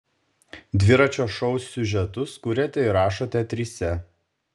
dviračio šou siužetus kuriate ir rašote trise